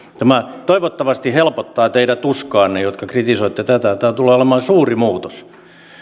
tämä toivottavasti helpottaa teidän tuskaanne jotka kritisoitte tätä tämä tulee olemaan suuri muutos